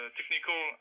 technical